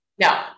No